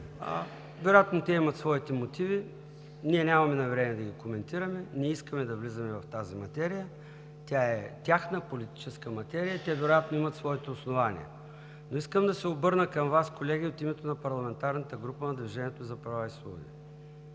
Вероятно те имат своите мотиви. Ние нямаме намерение да ги коментираме, не искаме да влизаме в тази материя, тя е тяхна политическа материя, те вероятно имат своето основание. Искам обаче да се обърна към Вас, колеги, от името на парламентарната група на „Движението за права и свободи“.